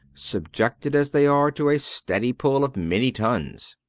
subjected as they are to a steady pull of many tons.